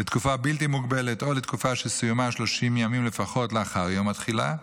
לתקופה בלתי מוגבלת או לתקופה שסיומה 30 ימים לפחות לאחר יום התחילה,